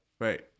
Right